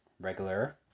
regular